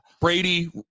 Brady